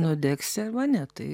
nudegsi arba ne tai